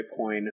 Bitcoin